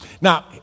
Now